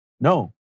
No